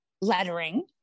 lettering